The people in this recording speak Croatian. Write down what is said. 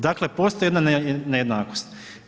Dakle, postoji jedna nejednakost.